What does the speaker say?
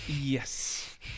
Yes